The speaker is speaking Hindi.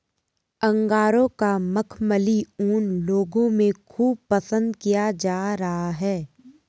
अंगोरा का मखमली ऊन लोगों में खूब पसंद किया जा रहा है